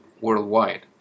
worldwide